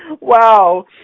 Wow